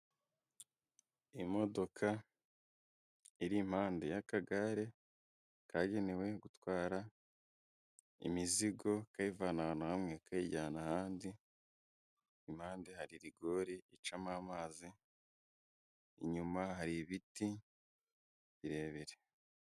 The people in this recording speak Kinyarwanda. Imodoka iri impande y'akagare kagenewe gutwara imizigo kayivana ahantu hamwe kayijyana ahandi. Impande hari rigori icamo amazi, inyuma hari ibiti birebire.